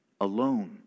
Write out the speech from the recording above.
alone